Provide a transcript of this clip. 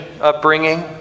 upbringing